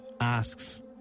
asks